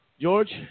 George